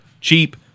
cheap